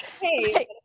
Hey